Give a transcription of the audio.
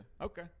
Okay